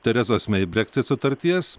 terezos mei brexit sutarties